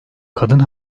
kadın